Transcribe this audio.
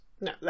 No